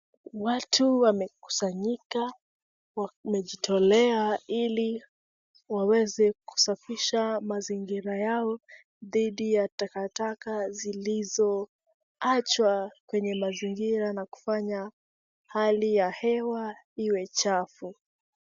Watu wamekusanyika wamejitolea ili waweze kusafisha mazingira yao dhidi ya takataka zilizo achwa kwenye mazingira na kufanya hali ya hewa iwe chafu.